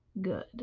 good